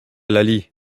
laly